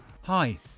Hi